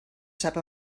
sap